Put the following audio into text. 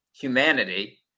humanity